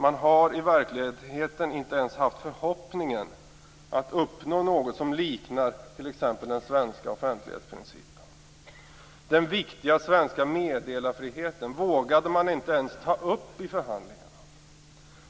Man har i verkligheten inte ens haft förhoppningen att uppnå något som liknar t.ex. den svenska offentlighetsprincipen. Den viktiga svenska meddelarfriheten vågade man inte ens ta upp i förhandlingarna.